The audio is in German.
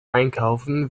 einkaufen